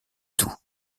tout